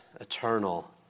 eternal